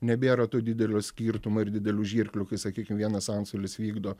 nebėra to didelio skirtumo ir didelių žirklių kai sakykim vienas antstolis vykdo